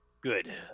Good